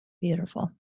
Beautiful